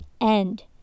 end